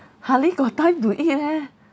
hardly got time to eat leh